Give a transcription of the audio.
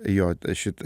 jo šit